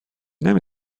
نمی